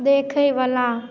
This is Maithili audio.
देखैबला